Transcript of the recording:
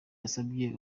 yasabye